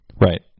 right